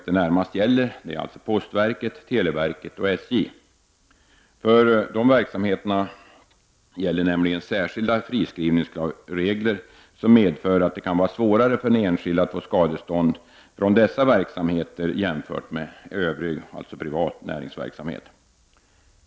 Det gäller närmast postverket, televerket och SJ. För dem gäller särskilda friskrivningsregler, som medför att det kan vara svårare för en enskild att få skadestånd från dessa verksamheter än från övrig, alltså privat, näringsverksamhet.